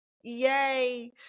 Yay